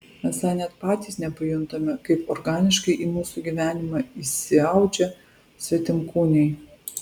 esą net patys nepajuntame kaip organiškai į mūsų gyvenimą įsiaudžia svetimkūniai